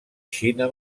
xina